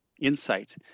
insight